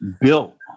built